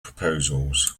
proposals